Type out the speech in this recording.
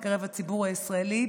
בקרב הציבור הישראלי,